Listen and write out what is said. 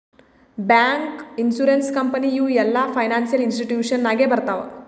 bank, insurance company ಇವು ಎಲ್ಲಾ financial institution ನಾಗೆ ಬರ್ತಾವ್